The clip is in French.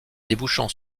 débouchant